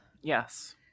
Yes